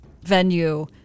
venue